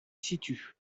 situe